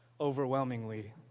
Overwhelmingly